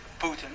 Putin